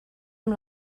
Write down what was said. amb